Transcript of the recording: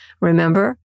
Remember